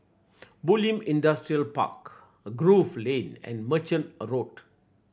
Bulim Industrial Park Grove Lane and Merchant a Road